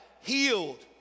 healed